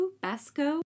Basco